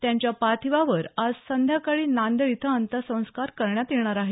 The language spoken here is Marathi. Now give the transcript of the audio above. त्यांच्या पार्थीवावर आज संध्याकाळी नांदेड इथं अंत्यसंस्कार करण्यात येणार आहेत